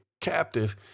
captive